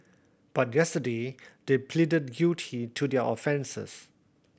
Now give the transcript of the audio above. but yesterday they pleaded guilty to their offences